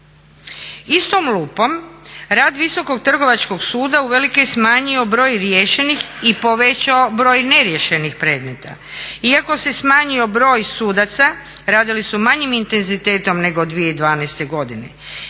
Istom lupom rad Visokog trgovačkog suda uvelike je smanjio broj riješenih i povećao broj neriješenih predmeta. Iako se smanjio broj sudaca radili su manjim intenzitetom nego 2012. godine.